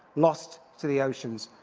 lost to the oceans,